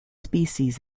species